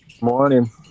Morning